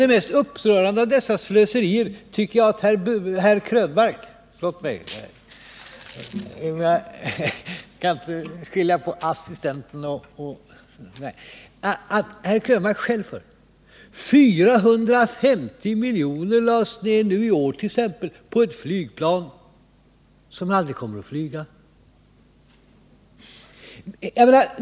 Det mest upprörande slöseriet har herr Krönmark själv stått för. 450 miljoner lades förra året ned på ett flygplan som aldrig kommer att flyga!